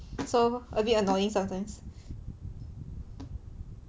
so a bit annoying sometimes